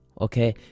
okay